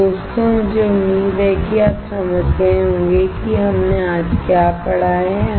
तो दोस्तों मुझे उम्मीद है कि आप समझ गए होंगे कि हमने आज क्या पढ़ा है